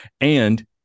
and-